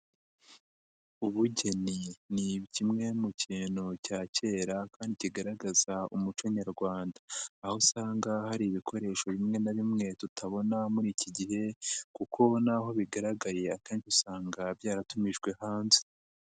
Ubugeni ni kimwe mu kintu cya kera kandi kigaragaza umuco Nyarwanda, aho usanga hari ibikoresho bimwe na bimwe tutabona muri iki gihe kuko ubu naho bigaragariye akenshi usanga byaratumijwe hanze.